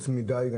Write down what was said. בילי בירון,